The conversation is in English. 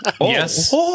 Yes